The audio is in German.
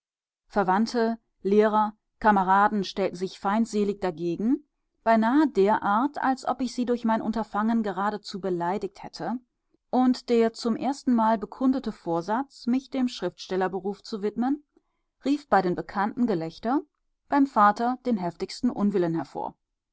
verwandte lehrer kameraden stellten sich feindselig dagegen beinahe derart als ob ich sie durch mein unterfangen geradezu beleidigt hätte und der zum erstenmal bekundete vorsatz mich dem schriftstellerberuf zu widmen rief bei den bekannten gelächter beim vater den heftigsten unwillen hervor